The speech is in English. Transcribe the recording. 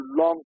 long